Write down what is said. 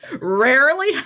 rarely